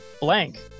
Blank